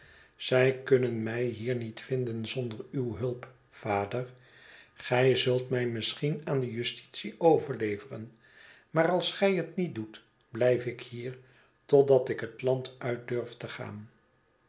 zij kunnen mij hier niet vinden zonder uw hulp vader gij zult mij misschien aan de justitie overleveren maar als gij het niet doet blijf ik hier totdat ik het land uit durf te gaan